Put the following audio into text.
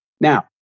Now